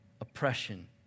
oppression